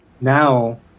Now